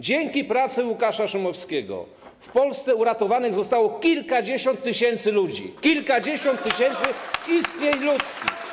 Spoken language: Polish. Dzięki pracy Łukasza Szumowskiego w Polsce uratowanych zostało kilkadziesiąt tysięcy ludzi, kilkadziesiąt tysięcy istnień ludzkich.